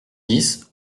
dix